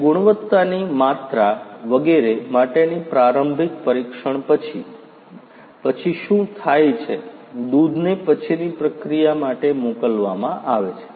અને ગુણવત્તાની માત્રા વગેરે માટેની પ્રારંભિક પરીક્ષણ પછી પછી શું થાય છે દૂધને પછીની પ્રક્રિયા માટે મોકલવામાં આવે છે